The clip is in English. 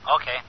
Okay